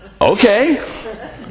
Okay